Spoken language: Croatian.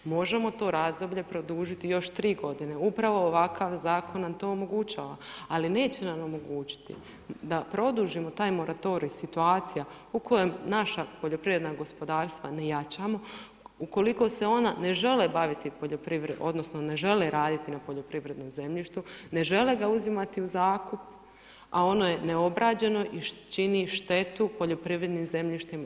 Možemo to razdoblje produžiti još 3 g., upravo nam to ovakav zakon nam to omogućava, ali neće nam omogućiti, da produžimo taj moratorij, situacija, u kojom naša, poljoprivredna gospodarstva ne jačamo, ukoliko se ona ne žele baviti poljoprivredom, odnosno, ne žele raditi na poljoprivrednom zemljištu, ne žele ga uzimati u zakup, a ono je neobrađeno i čini štetu poljoprivrednim zemljištima.